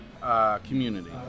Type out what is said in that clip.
community